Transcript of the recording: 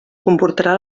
comportarà